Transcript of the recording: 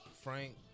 Frank